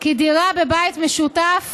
כי דירה בבית משותף